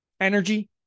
energy